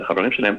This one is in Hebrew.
את החברים שלהם,